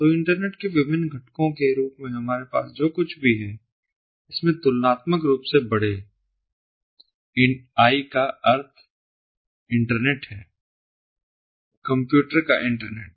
तो इंटरनेट के विभिन्न घटकों के रूप में हमारे पास जो कुछ भी है इसमें तुलनात्मक रूप से बड़े I इंटरनेट का अर्थ है कंप्यूटर का इंटरनेट